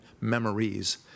memories